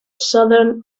southern